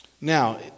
Now